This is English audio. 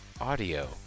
audio